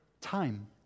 time